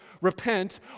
repent